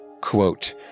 Quote